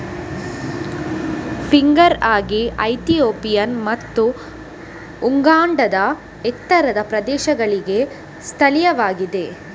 finger ರಾಗಿ Ethiopian ಮತ್ತು ಉಗಾಂಡಾದ ಎತ್ತರದ ಪ್ರದೇಶಗಳಿಗೆ ಸ್ಥಳೀಯವಾಗಿದೆ